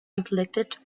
inflicted